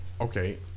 Okay